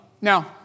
Now